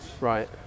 Right